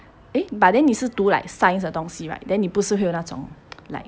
eh but then 你是读 like science 的东西 right then 你不是会有那种 like